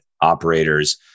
operators